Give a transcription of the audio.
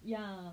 ya